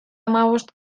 hamabost